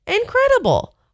incredible